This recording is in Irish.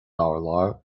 urlár